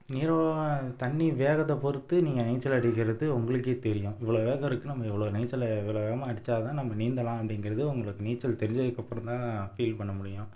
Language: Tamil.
நீரோ தண்ணி வேகத்தை பொறுத்து நீங்கள் நீச்சல் அடிக்கிறது உங்களுக்கே தெரியும் இவ்வளோ வேகம் இருக்குது நம்ம இவ்வளோ நீச்சல் இவ்வளோ வேகமாக அடித்தா தான் நம்ம நீந்தலாம் அப்படிங்கிறது உங்களுக்கு நீச்சல் தெரிஞ்சதுக்கப்புறம் தான் ஃபீல் பண்ண முடியும்